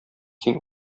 син